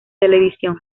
televisión